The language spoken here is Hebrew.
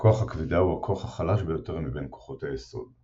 כוח הכבידה הוא הכוח החלש ביותר מבין כוחות היסוד.